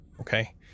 Okay